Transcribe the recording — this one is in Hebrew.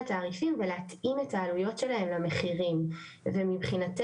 התעריפים ולהתאים את העלויות שלהם למחירים ומבחינתנו